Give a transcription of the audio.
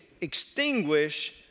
extinguish